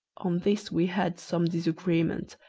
on this we had some disagreement,